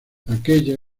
aquella